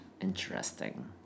Interesting